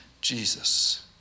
Jesus